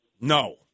No